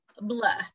Blah